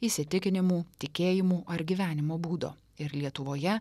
įsitikinimų tikėjimų ar gyvenimo būdo ir lietuvoje